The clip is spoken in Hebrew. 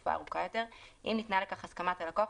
לתקופה ארוכה יותר אם ניתנה לכך הסכמת הלקוח,